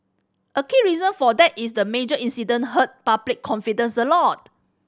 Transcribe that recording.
a key reason for that is the major incident hurt public confidence a lot